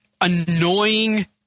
annoying